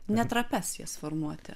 ne trapias jas formuoti